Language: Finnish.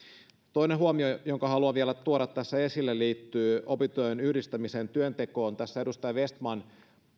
toinen huomio jonka haluan vielä tuoda tässä esille liittyy opintojen yhdistämiseen työntekoon edustaja vestman